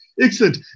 Excellent